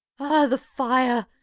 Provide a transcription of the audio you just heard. the fire!